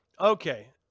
okay